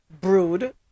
brood